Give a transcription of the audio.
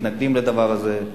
מתנגדים לדבר הזה.